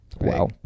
wow